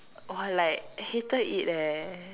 or like hated it leh